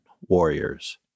warriors